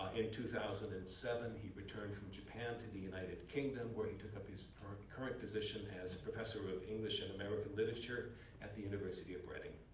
in two thousand and seven, he from japan to the united kingdom, where he took up his current current position as professor of english and american literature at the university of reading.